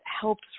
helps